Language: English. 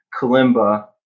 kalimba